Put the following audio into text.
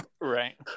Right